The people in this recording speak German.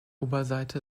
oberseite